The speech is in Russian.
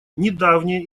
недавнее